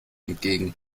entgegen